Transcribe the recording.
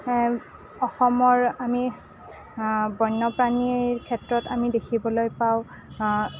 অসমৰ আমি বন্যপ্ৰাণীৰ ক্ষেত্ৰত আমি দেখিবলৈ পাওঁ